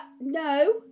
no